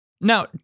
Now